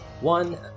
One